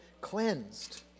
cleansed